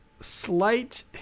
slight